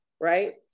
right